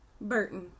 Burton